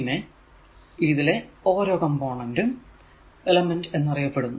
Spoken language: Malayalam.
പിന്നെ ഈ ഇതിലെ ഓരോ കോംപോണേന്റും എലമെന്റ് എന്നും അറിയപ്പെടുന്നു